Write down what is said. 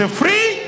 free